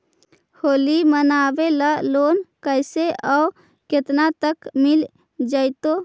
होली मनाबे ल लोन कैसे औ केतना तक के मिल जैतै?